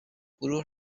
گروه